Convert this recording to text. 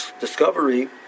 discovery